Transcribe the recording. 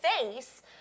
face